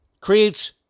creates